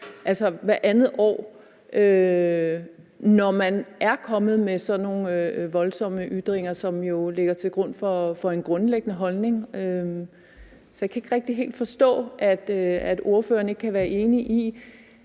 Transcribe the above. hvert andet år, når man er kommet med sådan nogle voldsomme ytringer, som ligger til grund for en grundlæggende holdning. Så jeg kan ikke rigtig helt forstå, at ordføreren ikke kan være enig i